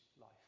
life